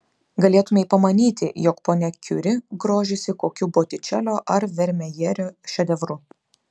galėtumei pamanyti jog ponia kiuri grožisi kokiu botičelio ar vermejerio šedevru